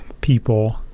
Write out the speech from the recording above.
people